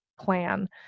plan